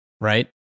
right